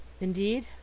Indeed